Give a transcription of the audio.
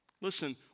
Listen